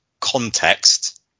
context